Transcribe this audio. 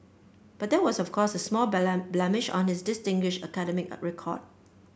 but that was of course a small blemish on this distinguished academic record